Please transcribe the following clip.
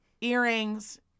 earrings